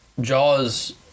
Jaws